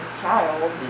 child